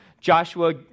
Joshua